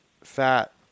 fat